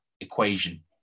equation